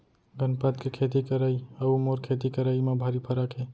गनपत के खेती करई अउ मोर खेती करई म भारी फरक हे